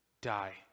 die